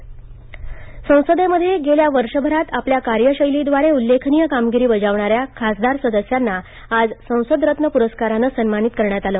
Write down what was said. संसद रत्न संसदेमध्ये गेल्या वर्षभरात आपल्या कार्यशैलीद्वारे उल्लेखनीय कामगिरी बजावणाऱ्या खासदार सदस्यांना आज संसद रत्न पुरस्कारानं सन्मानित करण्यात आलं